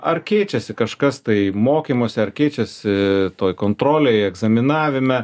ar keičiasi kažkas tai mokymosi ar keičiasi toj kontrolėj egzaminavime